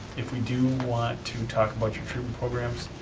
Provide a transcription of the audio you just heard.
if we do want to talk about your treatment programs,